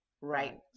Right